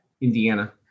Indiana